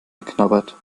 geknabbert